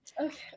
Okay